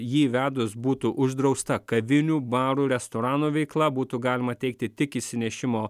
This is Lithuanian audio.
jį įvedus būtų uždrausta kavinių barų restoranų veikla būtų galima teikti tik išsinešimo